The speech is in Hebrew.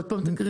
עוד פעם תקריא.